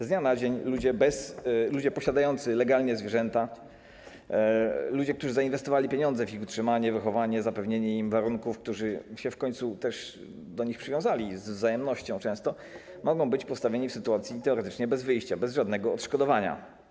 Z dnia na dzień ludzie posiadający legalnie zwierzęta, ludzie, którzy zainwestowali pieniądze w ich utrzymanie, wychowanie, zapewnienie im warunków, którzy w końcu też do nich się przywiązali, często z wzajemnością, mogą być postawieni w sytuacji teoretycznie bez wyjścia, bez żadnego odszkodowania.